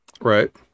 Right